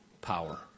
power